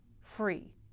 free